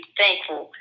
thankful